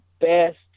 best